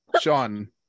Sean